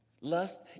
Lust